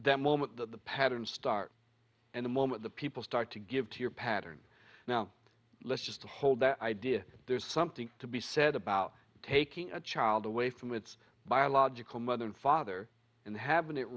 that moment that the pattern starts and the moment the people start to give to your pattern now let's just hold that idea there's something to be said about taking a child away from its biological mother and father and having it